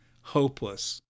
Hopeless